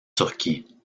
turquie